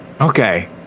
Okay